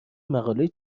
مقاله